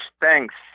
Thanks